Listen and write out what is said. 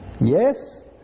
Yes